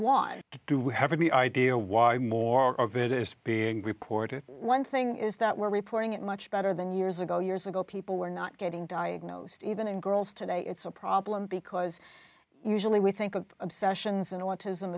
wants to have any idea why more of it is being reported one thing is that we're reporting it much better than years ago years ago people were not getting diagnosed even in girls today it's a problem because usually we think of obsessions and